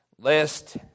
lest